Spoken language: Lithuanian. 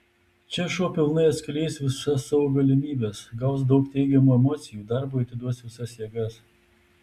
čia šuo pilnai atskleis visa savo galimybes gaus daug teigiamų emocijų darbui atiduos visas jėgas